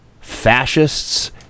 fascists